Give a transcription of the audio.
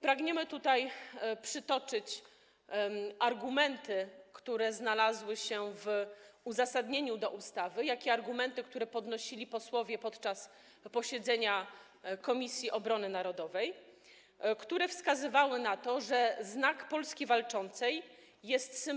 Pragniemy tutaj przytoczyć argumenty, które znalazły się w uzasadnieniu ustawy, jak i argumenty, które podnosili posłowie podczas posiedzenia Komisji Obrony Narodowej, które wskazywały na to, że Znak Polski Walczącej jest